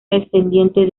descendiente